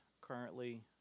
currently